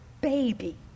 baby